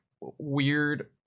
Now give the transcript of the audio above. Weird